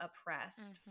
oppressed